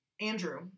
Andrew